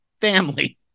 family